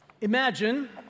Imagine